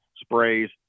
sprays